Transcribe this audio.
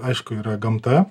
aišku yra gamta